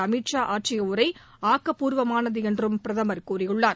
அமித் ஷா ஆற்றிய உரை ஆக்கபூர்வமானது என்றும் பிரதமர் கூறியுள்ளார்